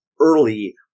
early